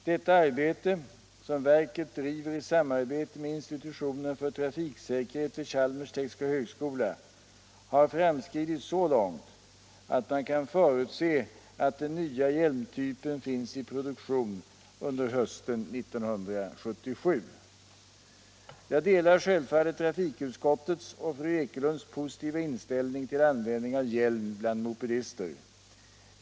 Detta arbete — som verket driver i samarbete med institutionen för trafiksäkerhet vid Chalmers tekniska högskola — har framskridit så långt att man kan förutse att den nya hjälmtypen finns Jag delar självfallet trafikutskottets och fru Ekelunds positiva inställning till användning av hjälm bland mopedister.